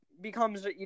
becomes